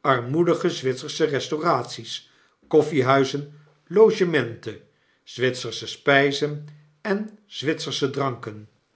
armoedige zwitsersche restauraties koffiehuizen logementen zwitsersche spjzen en zwitsersche dranken